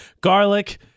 Garlic